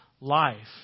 life